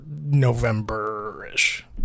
November-ish